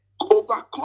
overcome